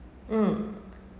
mm